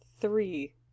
three